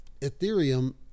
Ethereum